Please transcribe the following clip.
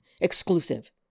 exclusive